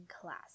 class